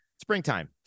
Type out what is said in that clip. Springtime